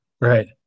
right